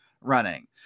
running